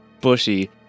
bushy